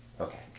Okay